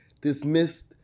dismissed